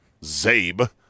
Zabe